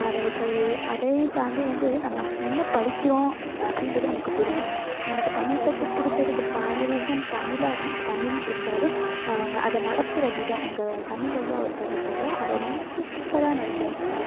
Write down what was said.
பாடல்கள் அதையும் தாண்டி வந்து நம்ம என்ன படிக்கிறோம் அப்படின்றது நமக்கு புரியும் எனக்கு தமிழ் சப்ஜெக்ட் பிடிச்சதுக்கு பாதி ரீசன் தமிழாக இருந் தமிழ் இருந்தாலும் அவங்க அதை நடத்துகிற விதம் எங்கள் தமிழ் ஐயா ஒருத்தர் இருப்பார் அவர் வந்து சூப்பராக நடத்துவார் தமிழ்